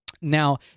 Now